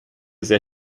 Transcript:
sehr